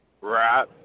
Right